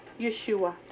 Yeshua